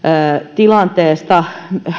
tilanteesta